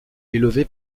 élevé